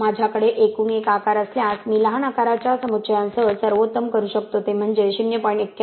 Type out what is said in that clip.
माझ्याकडे एकूण एक आकार असल्यास मी लहान आकाराच्या समुच्चयांसह सर्वोत्तम करू शकतो ते म्हणजे 0